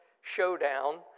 showdown